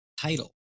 title